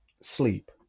sleep